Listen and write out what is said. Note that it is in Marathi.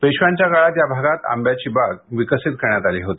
पेशव्यांच्या काळात या भागात आंब्याची बाग विकसित करण्यात आली होती